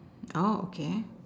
orh okay